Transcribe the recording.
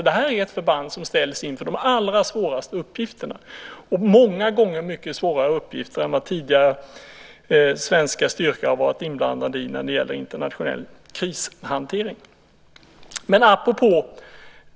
Det här är ett förband som ställs inför de allra svåraste uppgifterna, många gånger mycket svårare uppgifter än vad tidigare svenska styrkor varit inblandade i när det gäller internationell krishantering.